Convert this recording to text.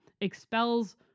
expels